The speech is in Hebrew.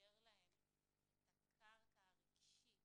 נאפשר להם את הקרקע הרגשית